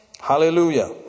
Hallelujah